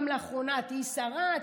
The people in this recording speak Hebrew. גם לאחרונה: תהיי שרה,